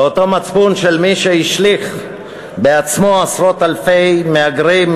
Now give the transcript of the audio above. זה אותו מצפון של מי שהשליך בעצמו עשרות אלפי מהגרים,